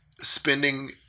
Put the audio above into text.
spending